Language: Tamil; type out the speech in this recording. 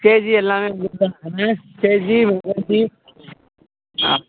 ஸ்டேஜி எல்லாமே ஸ்டேஜி ஆ